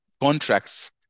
contracts